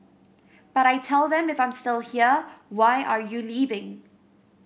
but I tell them if I'm still here why are you leaving